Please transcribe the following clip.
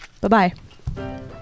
Bye-bye